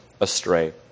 astray